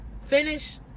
finish